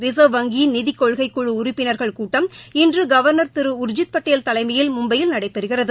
reserve வங்கியின் நிதிக் கொள்கை குழு உறுப்பினா்கள் கூட்டம் இன்று கவா்னா் திரு உா்ஜித்படேல் தலைமையில் மும்பையில் நடைபெறுகிறது